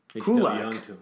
Kulak